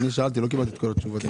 זו פנייה בה דנו ואז